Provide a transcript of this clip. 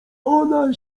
ona